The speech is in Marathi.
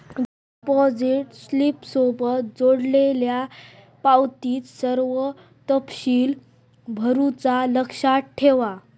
डिपॉझिट स्लिपसोबत जोडलेल्यो पावतीत सर्व तपशील भरुचा लक्षात ठेवा